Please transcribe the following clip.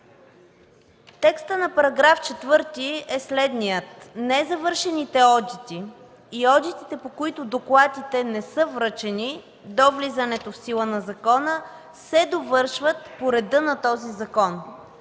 Текстът на § 4 е следният: „§ 4. Незавършените одити и одитите, по които докладите не са връчени до влизането в сила на закона, се довършват по реда на този закон”.